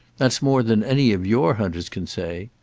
that's more than any of your hunters can say.